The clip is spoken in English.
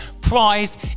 prize